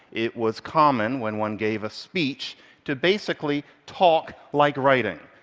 it was common when one gave a speech to basically talk like writing.